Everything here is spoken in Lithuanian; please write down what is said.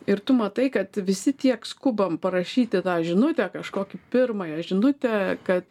ir tu matai kad visi tiek skubam parašyti tą žinutę kažkokį pirmąją žinutę kad